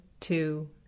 Two